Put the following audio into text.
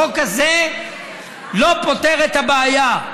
החוק הזה לא פותר את הבעיה,